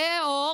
כהה עור,